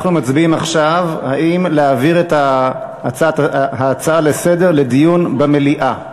אנחנו מצביעים עכשיו אם להעביר את ההצעה לסדר-היום לדיון במליאה.